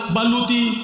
Baluti